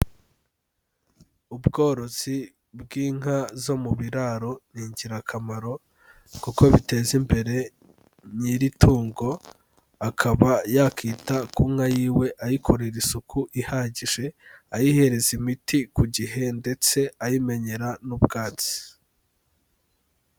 Ubworozi bw'inka zo mu biraro ni ingirakamaro kuko biteza imbere nyiri itungo, akaba yakwita ku nka yiwe ayikorera isuku ihagije, ayihereza imiti ku gihe ndetse ayimenyera n'ubwatsi.